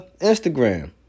Instagram